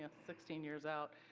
ah sixteen years out.